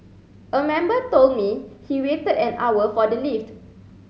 a member told me he waited an hour for the lift